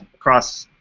across,